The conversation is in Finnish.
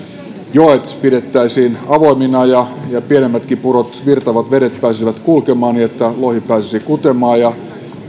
joet pidettäisiin avoimina ja ja pienemmätkin purot virtaavat vedet pääsisivät kulkemaan niin että lohi pääsisi kutemaan ja